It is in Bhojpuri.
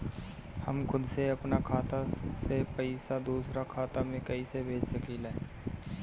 हम खुद से अपना खाता से पइसा दूसरा खाता में कइसे भेज सकी ले?